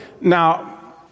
Now